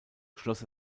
schloss